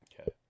Okay